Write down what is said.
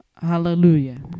Hallelujah